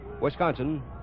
Wisconsin